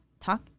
Talk